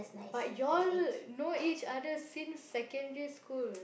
but you all know each other since secondary school